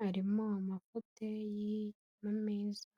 harimo amafuteyi n'ameza.